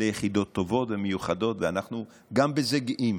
אלה יחידות טובות ומיוחדות, ואנחנו גם בזה גאים.